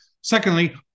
Secondly